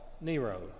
Nero